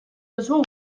duzu